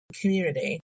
community